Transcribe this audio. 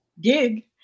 gig